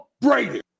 Brady